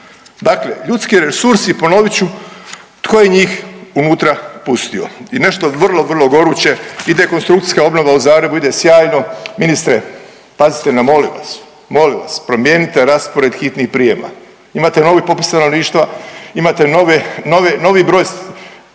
Dakle ljudski resursi ponovit ću tko je njih unutra pustio i nešto vrlo, vrlo goruće, ide konstrukcijska obnova u Zagrebu, ide sjajno, ministre pazite molim vas, molim vas promijenite raspored hitnih prijema, imate novi popis stanovništva, imate nove, nove,